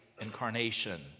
Incarnation